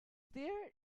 there